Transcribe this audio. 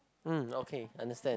mm okay understand